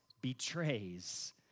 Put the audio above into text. betrays